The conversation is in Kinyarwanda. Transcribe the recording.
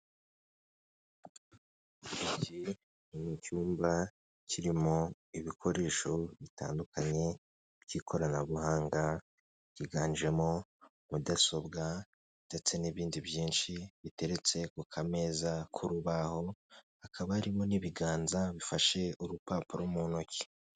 Abantu barenga batanu bari ahantu bacururiza imigati, ibikinisho by'abana bitandukanye ndetse harimo abantu bamwe n'abakozi ba emutuyene, abandi n'abakiriya bari baje guhaha, bari kubafasha mu buryo bwo kwishyura kugirango babashe kubona ibyo baje kugura.